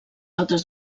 altres